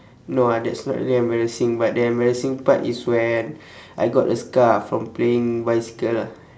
no ah that's not really embarrassing but the embarrassing part is when I got a scar from playing bicycle ah